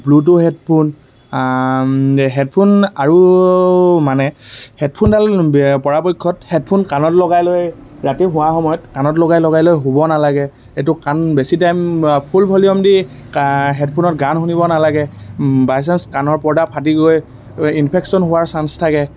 Bluetooth headphone headphone আৰু মানে হেডফোনডাল পৰাপক্ষত হেডফোন কাণত লগাই লৈ ৰাতি হোৱাৰ সময়ত কাণত লগাই লগাই লৈ শুব নালাগে এইটো কাণ বেছি টাইম ফুল ভলিউম দি হেডফোনত গান শুনিব নালাগে বাইচান্স কাণৰ পৰ্দা ফাটি গৈ ইনফেকশ্যন হোৱাৰ চান্স থাকে